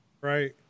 right